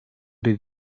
dir